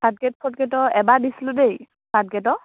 third grade fourth গেডৰ এবাৰ দিছিলোঁ দেই থাৰ্ড গেডৰ